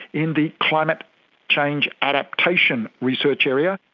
in the climate change adaptation research area.